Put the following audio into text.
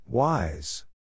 Wise